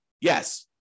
Yes